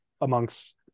amongst